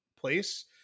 place